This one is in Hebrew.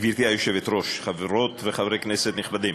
גברתי היושבת-ראש, חברות וחברי כנסת נכבדים,